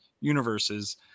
universes